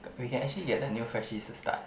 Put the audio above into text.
we can actually get the new freshies to start eh